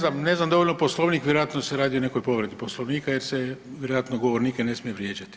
Pa ne znam, ne znam dovoljno Poslovnik vjerojatno se radi o nekoj povredi Poslovnika jer se vjerojatno govornike ne smije vrijeđati.